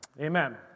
amen